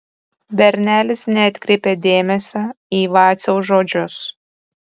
bernelis neatkreipė dėmesio į vaciaus žodžius